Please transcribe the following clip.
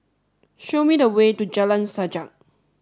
show me the way to Jalan Sajak